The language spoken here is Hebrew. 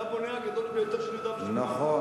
אתה הבונה הגדול ביותר של יהודה ושומרון.